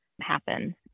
happen